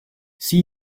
see